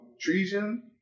treason